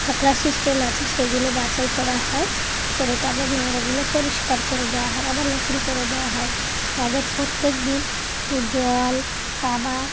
system আছে সেগুলো বাছাই করা হয় করে তাদের নোংরাগুলো পরিষ্কার করে দেওয়া হয় আবার নতুন করে দেওয়া হয় তাদের প্রত্যেক দিন জল খাবার